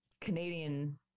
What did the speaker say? Canadian